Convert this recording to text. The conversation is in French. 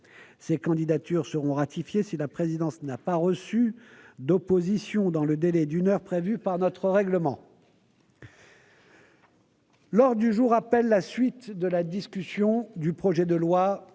Ces candidatures seront ratifiées si la présidence n'a pas reçu d'opposition dans le délai d'une heure prévu par notre règlement. L'ordre du jour appelle la suite de la discussion du projet de loi,